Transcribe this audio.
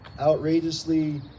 outrageously